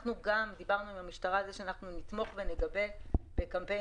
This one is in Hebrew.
אנחנו דיברנו עם המשטרה על כך שנתמוך ונגבה את המשטרה בקמפיינים.